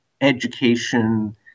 education